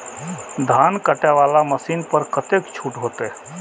धान कटे वाला मशीन पर कतेक छूट होते?